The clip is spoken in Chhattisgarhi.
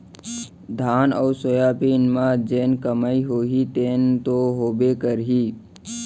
धान अउ सोयाबीन म जेन कमाई होही तेन तो होबे करही